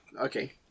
Okay